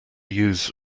use